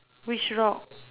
which rock